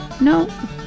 No